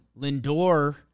Lindor